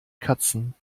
katzen